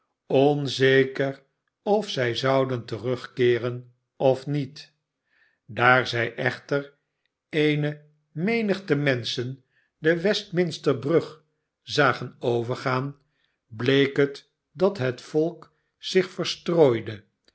onzeker of zij zouden terugkeeren of niet daar zij echter eene menigte menschen de westminster brug zagen overgaan bleek het dat het volk zich verstrooide